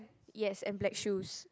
yes and black shoes